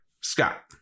Scott